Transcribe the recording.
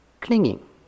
clinging